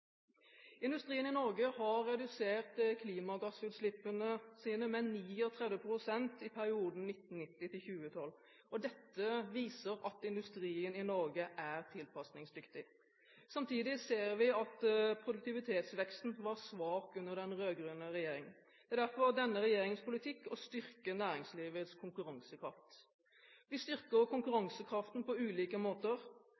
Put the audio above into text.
Industrien i Norge har redusert klimagassutslippene sine med 39 pst. i perioden 1990 til 2012. Dette viser at industrien i Norge er tilpasningsdyktig. Samtidig ser vi at produktivitetsveksten var svak under den rød-grønne regjeringen. Det er derfor denne regjeringens politikk å styrke næringslivets konkurransekraft. Vi styrker